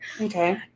okay